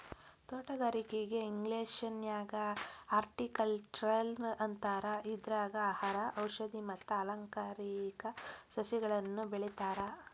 ತೋಟಗಾರಿಕೆಗೆ ಇಂಗ್ಲೇಷನ್ಯಾಗ ಹಾರ್ಟಿಕಲ್ಟ್ನರ್ ಅಂತಾರ, ಇದ್ರಾಗ ಆಹಾರ, ಔಷದಿ ಮತ್ತ ಅಲಂಕಾರಿಕ ಸಸಿಗಳನ್ನ ಬೆಳೇತಾರ